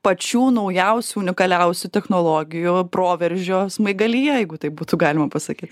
pačių naujausių unikaliausių technologijų proveržio smaigalyje jeigu taip būtų galima pasakyt